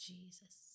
Jesus